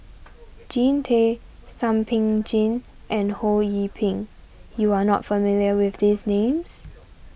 Jean Tay Thum Ping Tjin and Ho Yee Ping you are not familiar with these names